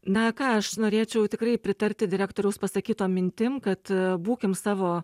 na ką aš norėčiau tikrai pritarti direktoriaus pasakytom mintim kad būkim savo